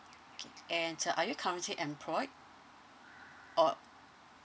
okay and uh are you currently employed or